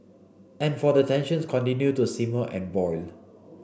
and for the tensions continue to simmer and boil